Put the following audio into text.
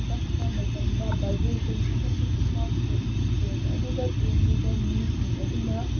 ꯇꯛꯄ ꯃꯇꯝꯗ ꯚꯥꯏꯕ꯭ꯔꯦꯁꯟ ꯑꯃꯁꯨꯡ ꯏꯁꯄꯥꯔꯛ ꯊꯣꯛꯏ ꯇ꯭ꯔꯦꯟ ꯑꯗꯨꯗ ꯇꯣꯡꯂꯤꯕ ꯃꯤꯁꯤꯡ ꯑꯗꯨꯅ